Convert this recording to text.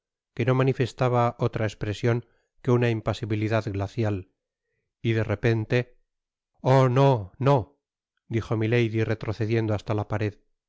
que no manifestaba otra espresion que una impasibilidad glacial y de repente oh no bo dijo milady retrocediendo hasta la pared